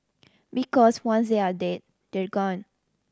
because once they're dead they're gone